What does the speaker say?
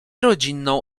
rodzinną